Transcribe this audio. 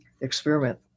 experiment